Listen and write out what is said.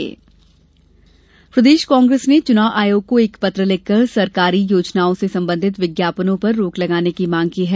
कांग्रेस शिकायत प्रदेश कांग्रेस ने चुनाव आयोग को एक पत्र लिखकर सरकारी योजनाओं से संबंधित विज्ञापनों पर रोक लगाने की मांग की है